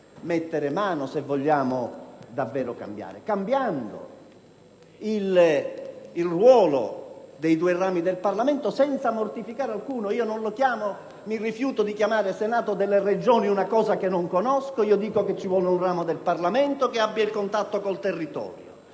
mettere mano se vogliamo davvero cambiare, mutando il ruolo dei due rami del Parlamento senza mortificarne alcuno. Io mi rifiuto di chiamare «Senato delle Regioni» una cosa che non conosco. Io dico che ci vuole un ramo del Parlamento che mantenga il contatto con il territorio